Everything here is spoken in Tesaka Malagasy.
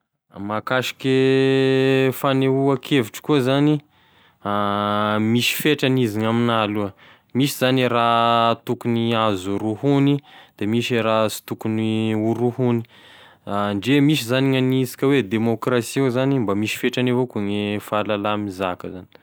Mahakasiky e fagnehoan-kevitry koa zany, misy fetrany izy gn'amignahy aloha, misy zany e raha tokony azo rohogny misy e raha sy tokony ho rohogny, ndre misy zany gn'anisika hoe demôkrasia io mba misy fetrany avao koa gne fahalala mizaka zany.